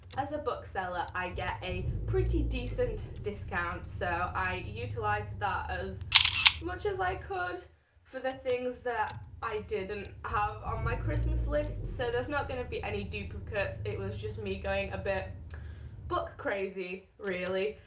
as a bookseller i get a pretty decent discount so i utilized that as much as i like could for the things that i didn't have on my christmas list. so there's not going to be any duplicates. it was just me going a bit book crazy really.